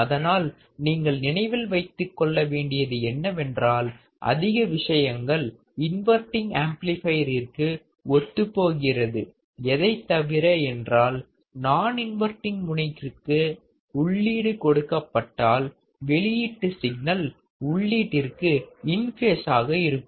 அதனால் நீங்கள் நினைவில் வைத்துக் கொள்ள வேண்டியது என்னவென்றால் அதிக விஷயங்கள் இன்வர்டிங் ஆம்ப்ளிஃபையரிற்கு ஒத்துப் போகிறது எதைத்தவிர என்றால் நான் இன்வர்டிங் முனைக்கிற்கு உள்ளீட்டு கொடுக்கப்பட்டால் வெளியீட்டு சிக்னல் உள்ளிட்டிற்கு இன் பேஸாக இருக்கும்